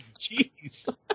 jeez